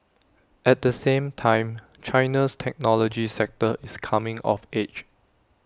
at the same time China's technology sector is coming of age